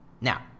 Now